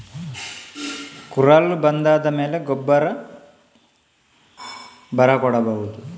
ಕುರಲ್ ಬಂದಾದ ಮೇಲೆ ಗೊಬ್ಬರ ಬರ ಕೊಡಬಹುದ?